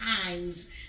times